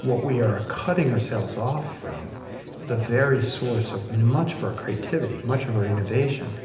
what we are cutting ourselves off from is the very source of much of our creativity, much of our innovation.